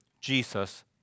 Jesus